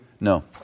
No